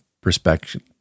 perspective